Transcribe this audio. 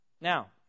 Now